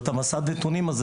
אנחנו נבנה את מסד הנתונים הזה,